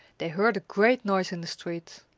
they heard a great noise in the street.